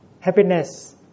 happiness